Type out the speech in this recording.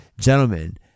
Gentlemen